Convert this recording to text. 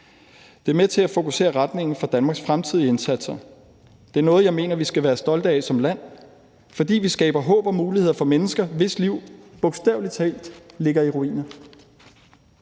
Det er med til at fokusere retningen for Danmarks fremtidige indsatser. Det er noget, jeg mener vi skal være stolte af som land, fordi vi skaber håb og muligheder for mennesker, hvis liv bogstavelig talt ligger i ruiner.